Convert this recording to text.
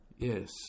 Yes